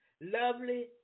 lovely